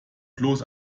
bloß